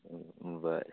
बरें